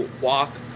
walk